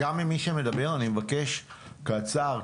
אני מבקש קצר,